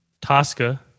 Tosca